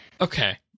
Okay